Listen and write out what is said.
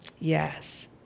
Yes